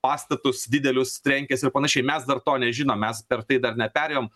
pastatus didelius trenkėsi ir panašiai mes dar to nežinom mes per tai dar neperėjom